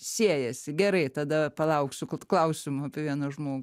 siejasi gerai tada palauksiu klausimų apie vieną žmogų